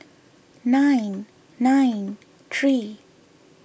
nine nine three